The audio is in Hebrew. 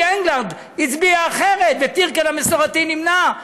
אנגלרד הצביע אחרת וטירקל המסורתי נמנע?